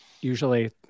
usually